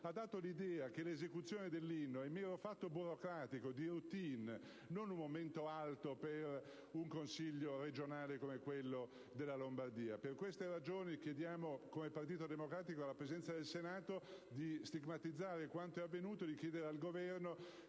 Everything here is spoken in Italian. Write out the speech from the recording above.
ha dato l'idea che l'esecuzione dell'inno è un mero fatto burocratico, di *routine*, non un momento alto per un Consiglio regionale come quello della Lombardia. Per queste ragioni, chiediamo come Partito Democratico alla Presidenza del Senato di stigmatizzare quanto è avvenuto e di chiedere al Governo